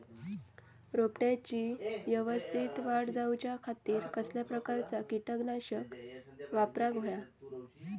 रोपट्याची यवस्तित वाढ जाऊच्या खातीर कसल्या प्रकारचा किटकनाशक वापराक होया?